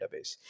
database